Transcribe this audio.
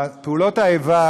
פעולות האיבה